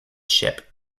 ship